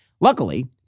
Luckily